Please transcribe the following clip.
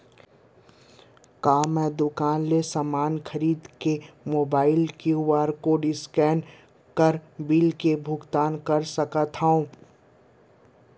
का मैं दुकान ले समान खरीद के मोबाइल क्यू.आर कोड स्कैन कर बिल के भुगतान कर सकथव?